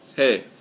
Hey